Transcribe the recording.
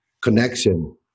connection